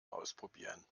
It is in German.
ausprobieren